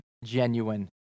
Genuine